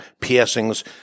piercings